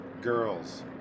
girls